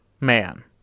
Man